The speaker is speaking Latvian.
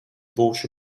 būšu